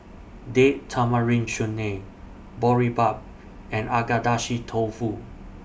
Date Tamarind Chutney Boribap and Agedashi Tofu